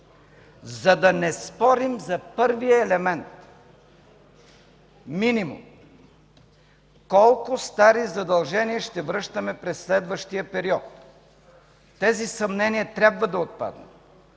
за да не спорим за първия елемент – минимум, колко стари задължения ще връщаме през следващия период. Тези съмнения трябва да отпаднат.